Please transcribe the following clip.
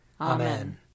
Amen